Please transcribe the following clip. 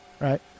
right